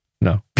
No